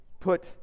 put